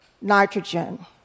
nitrogen